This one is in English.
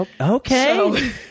Okay